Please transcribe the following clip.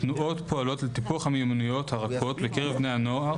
התנועות פועלות לטיפוח המיומנויות הרבות בקרב בני הנוער,